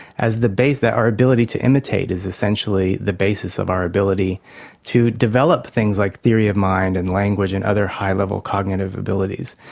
as the base, that our ability to imitate is essentially the basis of our ability to develop things like theory of mind and language and other high-level cognitive abilities.